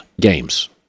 games